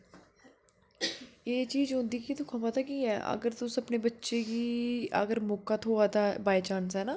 एह् चीज होंदी कि तुस पता कि ऐ अगर तुस अपने बच्चे गी अगर मौका थुआरदा ऐ बाए चांस